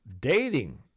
dating